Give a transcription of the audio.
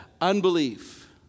Unbelief